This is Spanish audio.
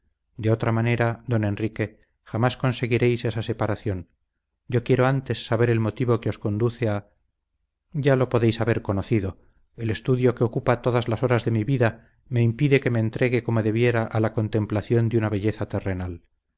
de otra manera don enrique jamás conseguiréis esa separación yo quiero antes saber el motivo que os conduce a ya lo podéis haber conocido el estudio que ocupa todas las horas de mi vida me impide que me entregue como debiera a la contemplación de una belleza terrenal